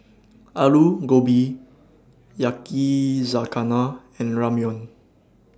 Alu Gobi Yakizakana and Ramyeon